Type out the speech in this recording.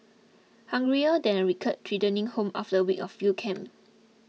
hungrier than a recruit returning home after a week of field camp